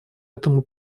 этому